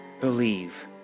believe